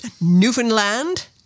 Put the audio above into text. Newfoundland